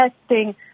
testing